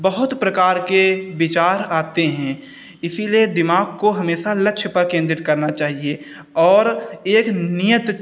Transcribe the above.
बहुत प्रकार के विचार आते हैं इसीलिए दिमाग को हमेसा लक्ष्य पर केन्द्रित करना चाहिए और एक नियत